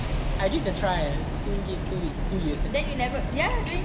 I did a trial two week two week two year